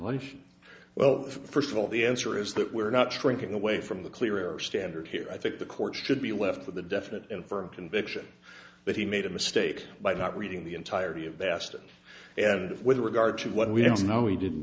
n well first of all the answer is that we're not shrinking away from the clear standard here i think the courts should be left with a definite and firm conviction but he made a mistake by not reading the entirety of the past and if with regard to what we don't know he didn't